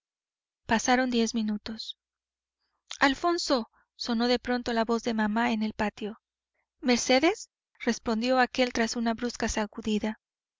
pasaron diez minutos alfonso sonó de pronto la voz de mamá en el patio mercedes respondió aquél tras una brusca sacudida